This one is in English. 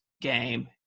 game